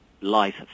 life